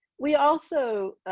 we also